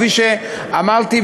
כפי שאמרתי,